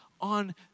on